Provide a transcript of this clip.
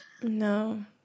No